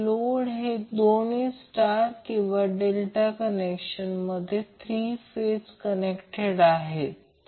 पण जर तो ∆ असेल तर तेथे न्यूट्रल राहणार नाही